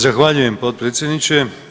Zahvaljujem potpredsjedniče.